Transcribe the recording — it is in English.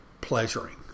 pleasuring